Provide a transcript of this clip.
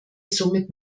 somit